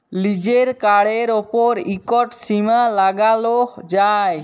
লিজের কাড়ের উপর ইকট সীমা লাগালো যায়